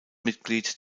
mitglied